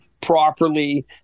properly